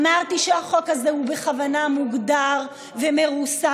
אמרתי שהחוק הזה הוא בכוונה מוגדר ומרוסן,